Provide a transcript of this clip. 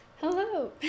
Hello